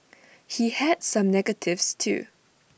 he had some negatives too